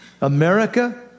America